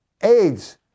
AIDS